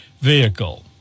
vehicle